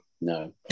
no